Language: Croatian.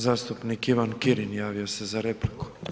Zastupnik Ivan Kirin javio se za repliku.